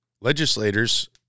Legislators